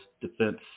defense